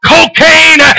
Cocaine